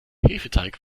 hefeteig